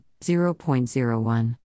0.01